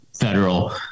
federal